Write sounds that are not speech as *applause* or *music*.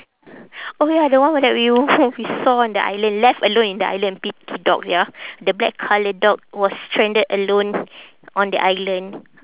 oh ya the one where that you *noise* we saw on the island alone left alone in the island pity dog ya the black colour dog was stranded alone on the island